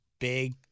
big